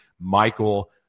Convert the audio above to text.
Michael